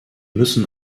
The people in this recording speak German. müssen